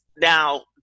now